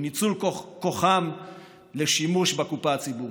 בניצול כוחם לשימוש בקופה הציבורית.